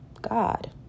God